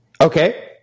Okay